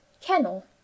kennel